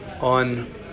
on